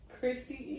Christy